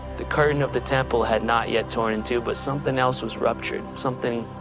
the curtain of the temple had not yet torn in two, but something else was ruptured, something